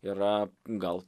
yra gal